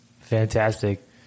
fantastic